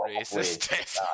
racist